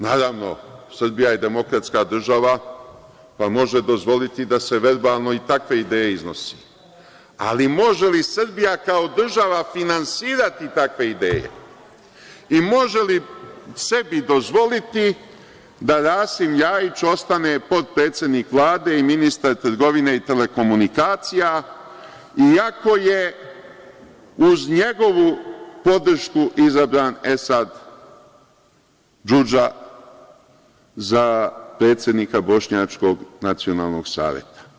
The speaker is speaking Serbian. Naravno, Srbija je demokratska država, pa može dozvoliti da se verbalno i takve ideje iznose, ali može li Srbija kao država finansirati takve ideje i mogu li Srbi dozvoliti da Rasim LJajić ostane potpredsednik Vlade i ministar trgovine i telekomunikacija iako je uz njegovu podršku izabran Esad DŽudža za predsednika Bošnjačkog nacionalnog saveta.